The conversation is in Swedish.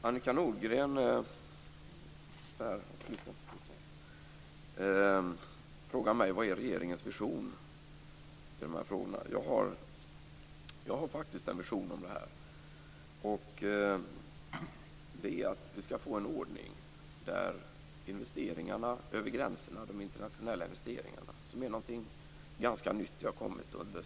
Herr talman! Annika Nordgren frågar mig vilken regeringens vision är i de här frågorna. Jag har faktiskt en vision om detta, nämligen att vi skall få en ordning där investeringarna över gränserna kan regleras och hanteras på ett sätt som innebär att vi har gemensamma regler.